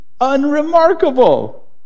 unremarkable